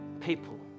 people